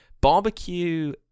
Barbecue